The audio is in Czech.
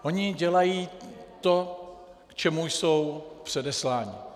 Oni dělají to, k čemu jsou předesláni.